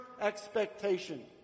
expectation